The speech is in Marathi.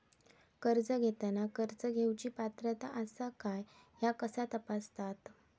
कर्ज घेताना कर्ज घेवची पात्रता आसा काय ह्या कसा तपासतात?